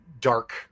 dark